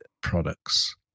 products